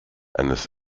eines